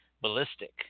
ballistic